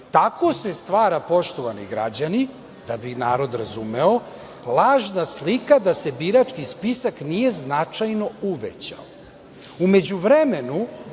Tako se stvara, poštovani građani, da bi narod razumeo, lažna slika da se birački spisak nije značajno uvećao.U međuvremenu